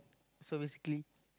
so basically